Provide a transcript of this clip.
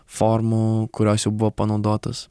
formų kurios jau buvo panaudotos